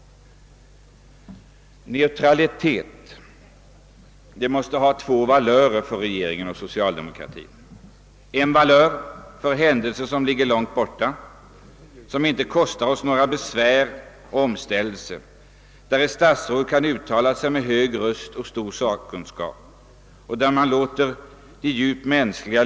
Neutralitet måste ha två valörer för regeringen och socialdemokratin. En valör för händelser som ligger långt borta, i frågor som inte bereder oss några praktiska besvär och om vilka ett statsråd kan uttala sig med hög röst och stor sakkunskap.